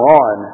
on